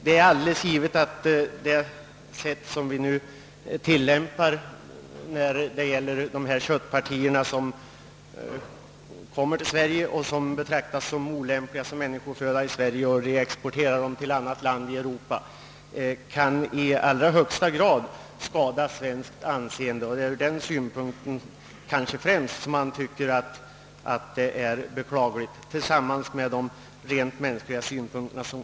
Det är alldeles givet att vårt förfaringssätt i fråga om dessa köttpartier, vilka i Sverige betraktas som olämpliga som människoföda och därför blir reexporterade till annat land i Europa, i allra högsta grad kan skada vårt anseende. Förutom de rent mänskliga synpunkter man kan lägga på det hela är förfaringssättet alltså ur svensk synpunkt beklagligt.